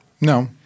No